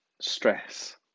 stress